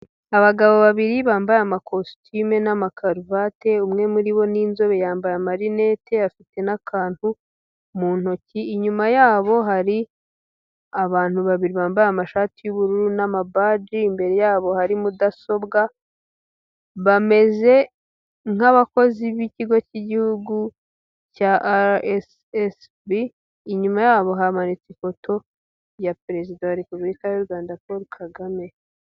Abagabo babiri bambaye amakositimu n'amakaruvati umwe muri bo n'inzobe yambaye amarinete afite n'akantu mu ntoki, inyuma yabo hari abantu babiri bambaye amashati y'ubururu n'amabaji, imbere yabo hari mudasobwa bameze nk'abakozi b'ikigo cy'igihugu cya rssb, inyuma yabo hamanitse ifoto ya perezida wa repubulika y'u Rwanda Paul Kagame.